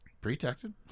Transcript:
Protected